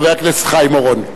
חבר הכנסת חיים אורון.